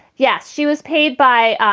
yes. she was paid by,